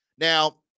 Now